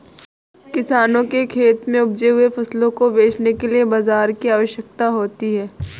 किसानों के खेत में उपजे हुए फसलों को बेचने के लिए बाजार की आवश्यकता होती है